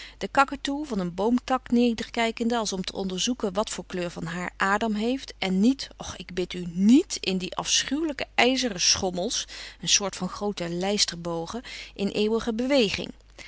de kaketoe van een boomtak nederkijkende als om te onderzoeken wat voor kleur van haar adam heeft en niet och ik bid u niet in die afschuwelijke ijzeren schommels een soort van groote lijsterbogen in eeuwige beweging